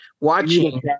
watching